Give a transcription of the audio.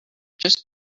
just